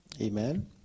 Amen